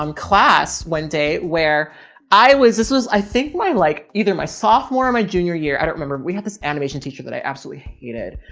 um class one day where i was, this was, i think my, like either my sophomore and my junior year, i don't remember. we had this animation teacher that i absolutely hated.